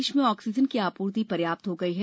प्रदेश में ऑक्सीजन की आपूर्ति पर्याप्त हो गई है